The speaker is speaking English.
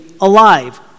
alive